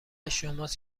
شماست